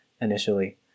initially